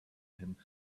him